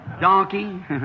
Donkey